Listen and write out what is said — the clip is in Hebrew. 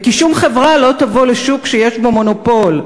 וכי שום חברה לא תבוא לשוק שיש בו מונופול.